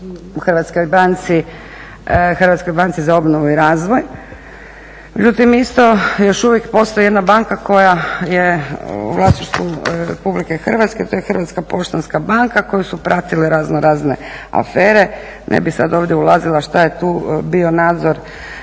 Hrvatska banka za obnovu i razvoj